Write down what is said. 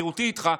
בהיכרותי איתך,